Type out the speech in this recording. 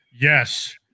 Yes